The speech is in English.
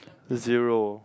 zero